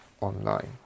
online